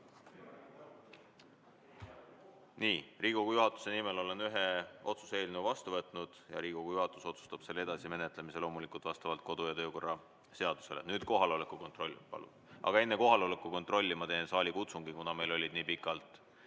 ka! Riigikogu juhatuse nimel olen vastu võtnud ühe otsuse eelnõu ja Riigikogu juhatus otsustab selle edasise menetlemise loomulikult vastavalt kodu- ja töökorra seadusele. Nüüd kohaloleku kontroll, palun! Aga enne kohaloleku kontrolli ma teen saalikutsungi, kuna meil olid nii pikalt